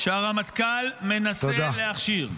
שהרמטכ"ל מנסה להכשיר.